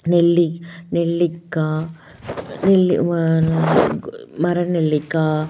நெல்லி நெல்லிக்காய் நெல்லி மரநெல்லிக்காய்